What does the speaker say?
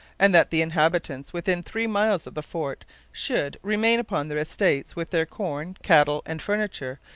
and that the inhabitants within three miles of the fort should remain upon their estates, with their corn, cattle, and furniture,